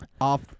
off